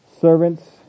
servants